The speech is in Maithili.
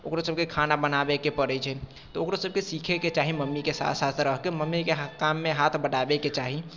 ओकरोसभके खाना बनाबयके पड़ैत छै तऽ ओकरोसभके सीखयके चाही मम्मीके साथ साथ रहिके मम्मीके हाथ काममे हाथ बँटाबयके चाही